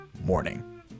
morning